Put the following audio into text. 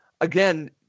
again